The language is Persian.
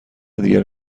دیگر